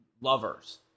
lovers